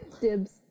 dibs